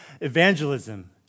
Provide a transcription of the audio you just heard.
evangelism